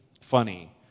funny